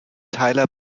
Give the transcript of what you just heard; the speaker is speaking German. tyler